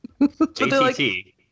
JTT